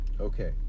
Okay